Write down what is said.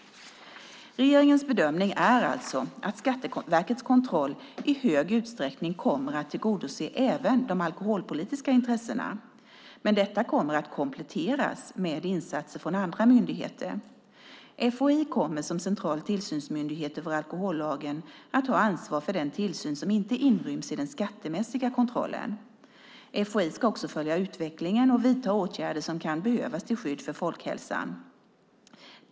Regeringens bedömning är alltså att Skatteverkets kontroll i hög utsträckning kommer att tillgodose även de alkoholpolitiska intressena. Detta kommer dock att kompletteras med insatser från andra myndigheter. FHI kommer som central tillsynsmyndighet över alkohollagen att ha ansvar för den tillsyn som inte inryms i den skattemässiga kontrollen. FHI ska också följa utvecklingen och vidta åtgärder som kan behövas till skydd för folkhälsan.